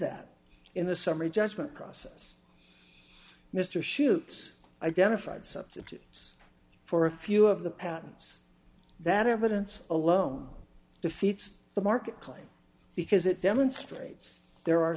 that in the summary judgment process mr shoots identified substitutes for a few of the patents that evidence alone defeats the market claim because it demonstrates the